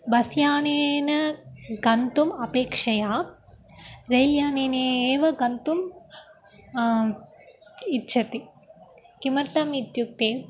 बस्यानेन गन्तुम् अपेक्षया रैल्यानेन एव गन्तुम् इच्छति किमर्थम् इत्युक्ते